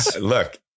Look